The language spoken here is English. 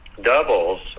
doubles